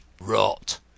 Rot